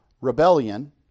rebellion